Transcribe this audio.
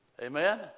Amen